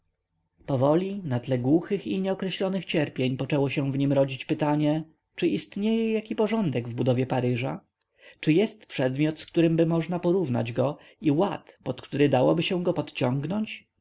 powoli na tle głuchych i nieokreślonych cierpień poczęło się w nim rodzić pytanie czy istnieje jaki porządek w budowie paryża czy jest przedmiot z którym możnaby go porównać i ład pod który dałoby się go podciągnąć